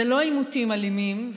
זה לא עימותים אלימים,